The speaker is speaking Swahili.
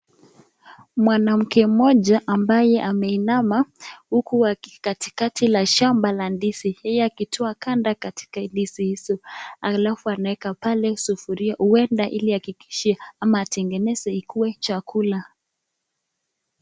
Mwanamke mmoja ambaye ameinama huku katikati ya shamba la ndizi. Yeye akitoa ganda kutoka ndizi hizi, alafu anaweza pale kwa sufuria, huenda ili ahakikishie au atengeneze ikue chakula.